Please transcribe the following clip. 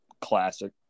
classic